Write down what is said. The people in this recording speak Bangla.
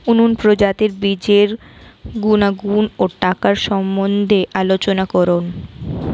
উন্নত প্রজাতির বীজের গুণাগুণ ও টাকার সম্বন্ধে আলোচনা করুন